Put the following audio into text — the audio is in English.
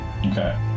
Okay